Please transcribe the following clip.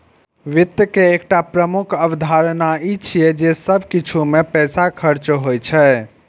वित्त के एकटा प्रमुख अवधारणा ई छियै जे सब किछु मे पैसा खर्च होइ छै